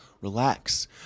relax